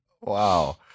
Wow